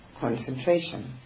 concentration